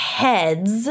heads